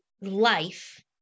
life